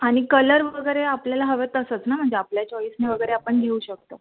आणि कलर वगैरे आपल्याला हवं तसंच ना म्हणजे आपल्या चॉईसने वगैरे आपण घेऊ शकतो